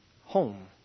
home